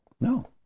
No